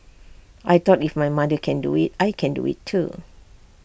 I thought if my mother can do IT I can do IT too